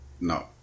no